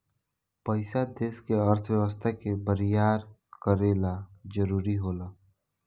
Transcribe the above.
पइसा देश के अर्थव्यवस्था के बरियार करे ला जरुरी होला